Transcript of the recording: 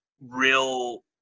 real